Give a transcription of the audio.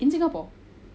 in singapore